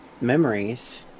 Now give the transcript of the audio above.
memories